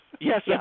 Yes